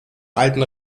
alten